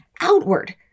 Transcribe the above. outward